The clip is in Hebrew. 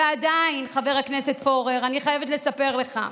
ועדיין, חבר הכנסת פורר, אני חייבת לספר לך,